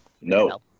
no